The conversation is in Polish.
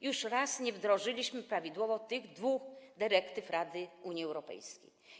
Już raz nie wdrożyliśmy prawidłowo tych dwóch dyrektyw Rady Unii Europejskiej.